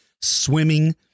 swimming